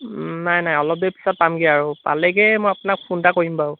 নাই নাই অলপ দেৰি পিছত পামগৈ আৰু পালেগৈ মই আপোনাক ফোন এটা কৰিম বাৰু